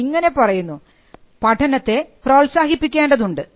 അത് ഇങ്ങനെ പറയുന്നു പഠനത്തെ പ്രോത്സാഹിപ്പിക്കേണ്ടതുണ്ട്